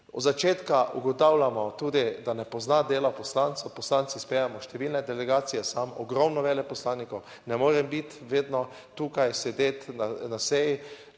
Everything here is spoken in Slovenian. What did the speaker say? Od začetka ugotavljamo tudi, da ne pozna dela poslancev. Poslanci sprejemamo številne delegacije, ogromno veleposlanikov. Ne morem biti vedno tukaj sedeti na seji.